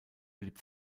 blieb